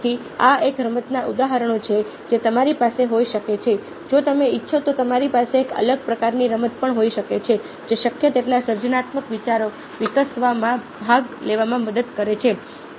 તેથી આ એક રમતના ઉદાહરણો છે જે તમારી પાસે હોઈ શકે છે જો તમે ઇચ્છો તો તમારી પાસે એક અલગ પ્રકારની રમત પણ હોઈ શકે છે જે શક્ય તેટલા સર્જનાત્મક વિચારો વિકસાવવામાં ભાગ લેવામાં મદદ કરે છે